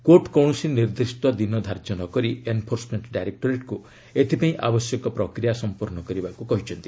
court କୌଣସି ନିର୍ଦ୍ଦିଷ୍ଟ ଦିନ ଧାର୍ଯ୍ୟ ନ କରି ଏନ୍ଫୋର୍ସମେଣ୍ଟ ଡାଇରେକ୍ଟୋରେଟ୍କୁ ଏଥିପାଇଁ ଆବଶ୍ୟକ ପ୍ରକ୍ରିୟା ସଫ୍ପୂର୍ଣ୍ଣ କରିବାକୁ କହିଛନ୍ତି